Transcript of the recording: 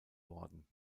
worden